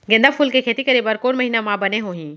गेंदा फूल के खेती शुरू करे बर कौन महीना मा बने होही?